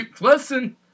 listen